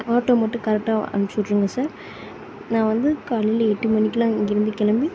auto மட்டும் கரெக்டாக அமுச்சுட்டுருங்க சார் நான் வந்து காலையில் எட்டு மணிக்கெலாம் இங்கிருந்து கிளம்பி